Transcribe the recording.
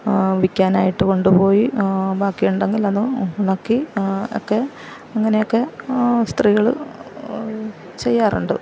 വിൽക്കാനായിട്ട് കൊണ്ടുപോയി ബാക്കിയുണ്ടെങ്കിൽ അത് ഉണക്കി ഒക്കെ അങ്ങനെയൊക്കെ സ്ത്രീകള് ചെയ്യാറുണ്ട്